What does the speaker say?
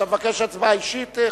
אתה מבקש הצבעה אישית?